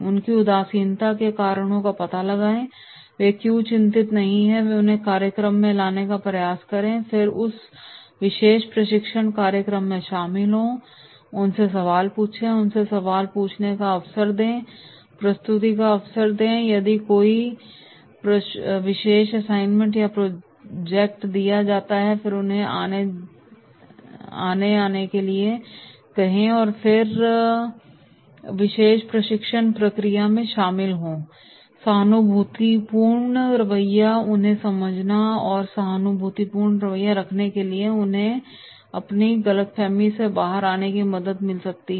उनकी उदासीनता के कारणों का पता लगाएं वे क्यों चिंतित नहीं हैं और उन्हें कार्यक्रम में लाने का प्रयास करें और फिर उस विशेष प्रशिक्षण कार्यक्रम में शामिल हों उनसे सवाल पूछें उन्हें सवाल पूछने का अवसर दें प्रस्तुति का अवसर दें यदि कोई विशेष असाइनमेंट या प्रोजेक्ट दिया गया है और फिर उन्हें आगे आने के लिए कहें और फिर वे इस विशेष प्रशिक्षण प्रक्रिया में शामिल हों सहानुभूतिपूर्ण रवैया उन्हें समझना और फिर सहानुभूतिपूर्ण रवैया रखने से उन्हें अपनी गलतफहमी से बाहर आने में मदद मिल सकती है